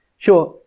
sure,